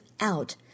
out